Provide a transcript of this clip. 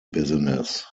business